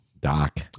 Doc